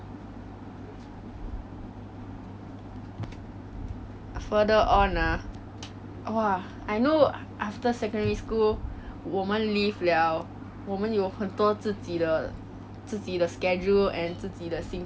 然后我的兴趣现在不只是是 art but it's more of music and I play more music err now than I used to so what about you what's your interest